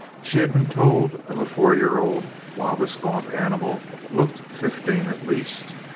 she had been told of a four-year-old while this gaunt animal looked fifteen at least.